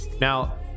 Now